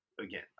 Again